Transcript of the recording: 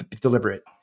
deliberate